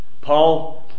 Paul